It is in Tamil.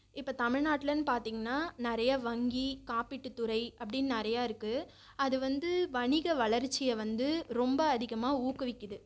இப்போ தமிழ்நாட்லன்னு பார்த்தீங்னா நிறைய வங்கி காப்பீட்டுத்துறை அப்படின்னு நிறையா இருக்குது அது வந்து வணிக வளர்ச்சியை வந்து ரொம்ப அதிகமாக ஊக்குவிக்குது